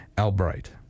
Albright